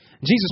Jesus